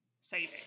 saving